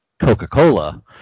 Coca-Cola